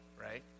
right